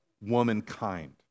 womankind